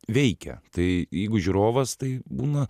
veikia tai jeigu žiūrovas tai būna